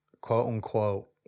quote-unquote